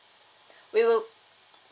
we will